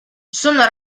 sono